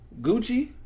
Gucci